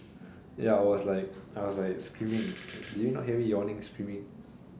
ya I was like I was like screaming did you not hear me yawning screaming